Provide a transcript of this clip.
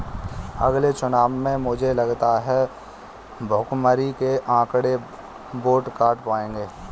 अगले चुनाव में मुझे लगता है भुखमरी के आंकड़े वोट काट पाएंगे